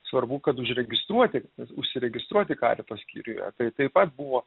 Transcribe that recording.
svarbu kad užregistruoti užsiregistruoti karito skyriuje tai taip pat buvo